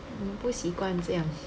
mm 不习惯这样